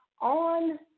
on